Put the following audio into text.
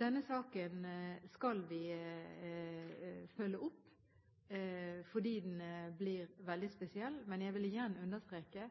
Denne saken skal vi følge opp fordi den er veldig spesiell. Men jeg vil gjerne understreke